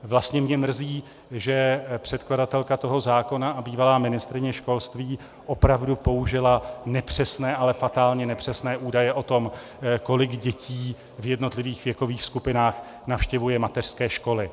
Vlastně mě mrzí, že předkladatelka toho zákona a bývalá ministryně školství opravdu použila nepřesné, ale fatálně nepřesné údaje o tom, kolik dětí v jednotlivých věkových skupinách navštěvuje mateřské školy.